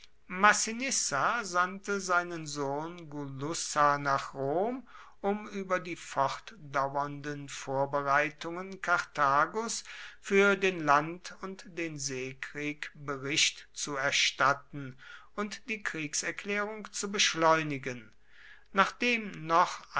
sandte seinen sohn gulussa nach rom um über die fortdauernden vorbereitungen karthagos für den land und den seekrieg bericht zu erstatten und die kriegserklärung zu beschleunigen nachdem noch